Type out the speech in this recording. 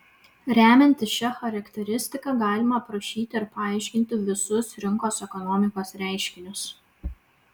remiantis šia charakteristika galima aprašyti ir paaiškinti visus rinkos ekonomikos reiškinius